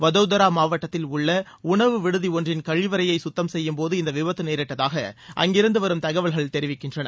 வதோதரா மாவட்டத்தில் உள்ள உணவு விடுதி ஒன்றின் கழிவறையை சுத்தம் செய்யும்போது இந்த விபத்து நேரிட்டதாக அங்கிருந்து வரும் தகவல்கள் தெரிவிக்கின்றன